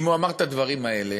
אם הוא אמר את הדברים האלה,